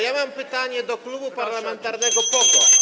Ja mam pytanie do Klubu Parlamentarnego PO-KO.